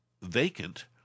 vacant